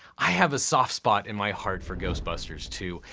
i have a soft spot in my heart for ghostbusters two.